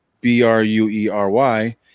B-R-U-E-R-Y